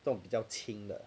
这种比较轻的